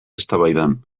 eztabaidan